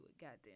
goddamn